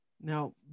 now